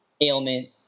ailment